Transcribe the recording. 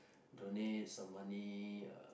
donate some money uh